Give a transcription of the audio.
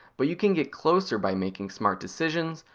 but you can get closer by making smart decisions,